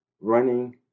running